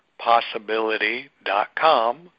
possibility.com